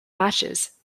matches